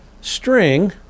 string